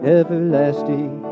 everlasting